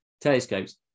telescopes